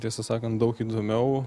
tiesą sakant daug įdomiau